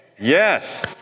Yes